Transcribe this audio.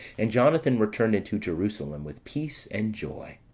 and jonathan returned into jerusalem with peace and joy.